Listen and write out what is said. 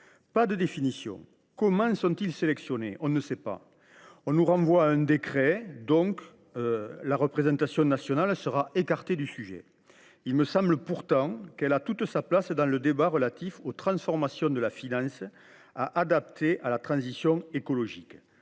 pas de définition. Comment sont-ils sélectionnés ? On ne le sait pas ! On nous renvoie à un décret, ce qui signifie que la représentation nationale sera écartée de la discussion sur ce sujet. Il me semble pourtant qu’elle a toute sa place dans le débat relatif aux transformations de la finance, qui doit s’adapter à la transition écologique.